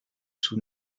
sous